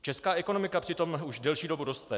Česká ekonomika přitom už delší dobu roste.